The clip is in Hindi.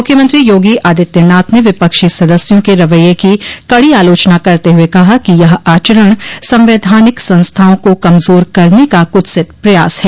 मुख्यमंत्री योगी आदित्यानाथ ने विपक्षी सदस्यों के रवैये की कड़ी आलोचना करते हुए कहा कि यह आचरण संवैधानिक संस्थाओं को कमजोर करने का कुत्सित प्रयास है